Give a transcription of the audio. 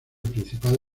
principal